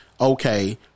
okay